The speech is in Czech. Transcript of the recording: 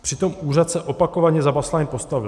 Přitom úřad se opakovaně za BusLine postavil.